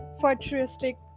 futuristic